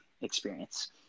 experience